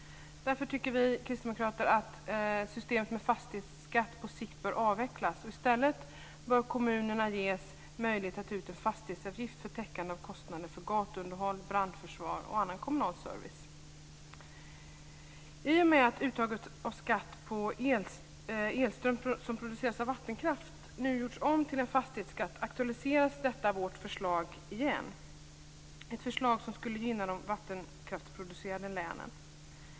Därför tycker vi kristdemokrater att systemet med fastighetsskatt på sikt bör avvecklas. I stället bör kommunerna ges möjlighet att ta ut en fastighetsavgift för täckande av kostnader för gatuunderhåll, brandförsvar och annan kommunal service. I och med att uttaget av skatt på elström som produceras av vattenkraft nu har gjorts om till en fastighetsskatt aktualiseras vårt förslag igen. Det är ett förslag som skulle gynna de vattenkraftsproducerande länen.